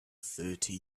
thirty